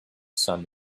sun